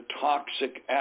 toxic